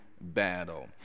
battle